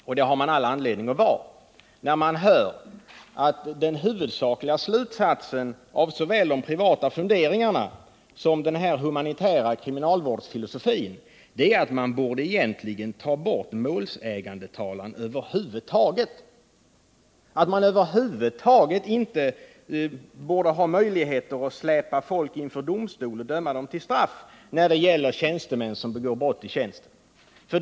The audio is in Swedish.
Och det har man all anledning att vara när man hör att den huvudsakliga slutsatsen av såväl de privata funderingarna som den här humanitära kriminalvårdsfilosofin är att man egentligen borde ta bort målsägandetalan över huvud taget, att man över huvud taget inte borde ha möjligheter att släpa folk inför domstol och döma till straff när det gäller tjänstemän som begår brott i tjänsten.